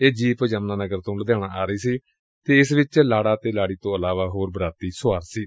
ਇਹ ਜੀਪ ਯਮੁਨਾ ਨਗਰ ਤੋਂ ਲੁਧਿਆਣਾ ਆ ਰਹੀ ਸੀ ਅਤੇ ਇਸ ਵਿਚ ਲਾੜਾ ਤੇ ਲਾੜੀ ਤੋਂ ਇਲਾਵਾ ਹੋਰ ਬਰਾਤੀ ਸੁਆਰ ਸਨ